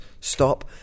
stop